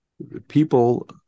people